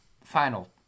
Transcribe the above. final